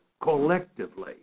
collectively